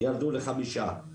ירדו לחמישה.